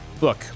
look